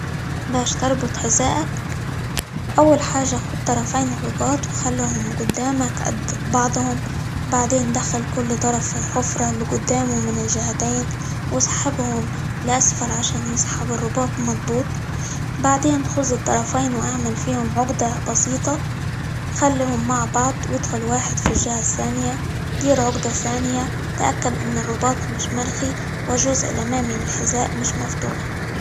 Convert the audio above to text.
باش تربط حذائك، أول حاجة خد طرفين الرباط، وخليهم قدامك قد بعضهم، بعدين دخل كل طرف في الحفرة اللي قدامه من الجهتين، واسحبهم لأسفل؛ عشان يسحب الرباط مضبوط، بعدين خذ الطرفين، واعمل فيهم عقدة بسيطة، خليهم مع بعض، وادخل واحد في الجهة الثانية، دير عقدة ثانية، تأكد أن الرباط مش مرخي، والجزء الأمامي للحذاء مش مفتوح.